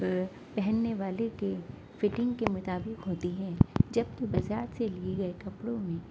پہننے والے کے فٹنگ کے مطابق ہوتی ہے جبکہ بازار سے لیے گئے کپڑوں میں